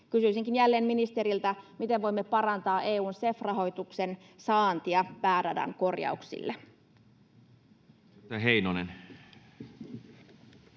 Kysyisinkin jälleen ministeriltä: miten voimme parantaa EU:n CEF-rahoituksen saantia pääradan korjauksille?